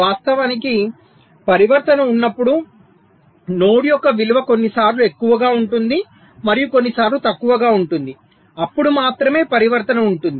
వాస్తవానికి పరివర్తన ఉన్నప్పుడు నోడ్ యొక్క విలువ కొన్నిసార్లు ఎక్కువగా ఉంటుంది మరియు కొన్నిసార్లు తక్కువగా ఉంటుంది అప్పుడు మాత్రమే పరివర్తన ఉంటుంది